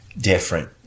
different